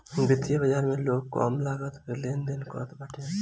वित्तीय बाजार में लोग कम लागत पअ लेनदेन करत बाटे